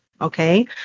Okay